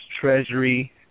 treasury